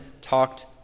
talked